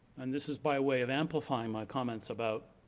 and this is by way of amplifying my comments about